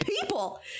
people